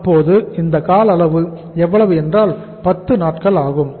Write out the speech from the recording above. அப்போது இந்த கால அளவு எவ்வளவு என்றால் 10 நாட்கள் ஆகும்